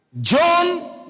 John